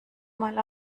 mal